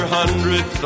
hundred